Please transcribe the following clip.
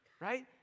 right